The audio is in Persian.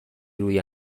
روی